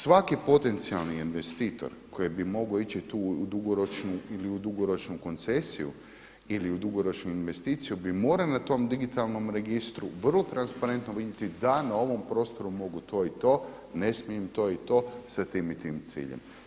Svaki potencijalni investitor koji bi mogao ići tu u dugoročnu, ili u dugoročnu koncesiju ili u dugoročnu investiciju bi morali na tom digitalnom registru vrlo transparentno vidjeti da na ovom prostoru mogu to i to, ne smijem to i to sa tim i tim ciljem.